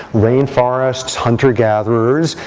rain forests, hunter-gatherers,